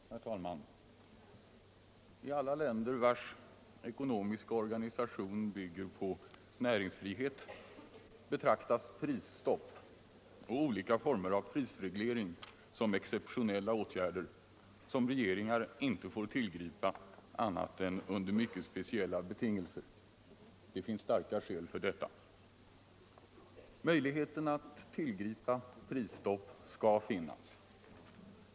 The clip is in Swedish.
Herr talman! I alla länder, vars ekonomiska organisation bygger på näringsfrihet, betraktas prisstopp och olika former av prisreglering som exceptionella åtgärder, som regeringar inte får tillgripa annat än under mycket speciella betingelser. Det finns starka skäl för detta. Möjligheterna att tillgripa prisstopp skall finnas.